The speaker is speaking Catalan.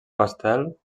pastel